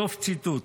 סוף ציטוט.